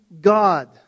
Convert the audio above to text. God